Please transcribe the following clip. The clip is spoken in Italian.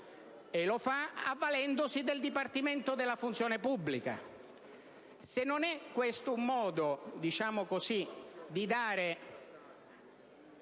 lo fa avvalendosi del Dipartimento della funzione pubblica. Se non è questo un modo di dare